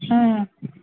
ہاں